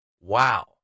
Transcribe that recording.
Wow